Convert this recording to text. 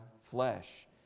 flesh